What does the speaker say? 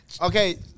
Okay